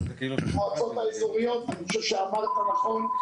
אני חושב שאמרת נכון,